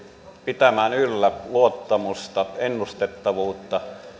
pitämään yllä luottamusta ennustettavuutta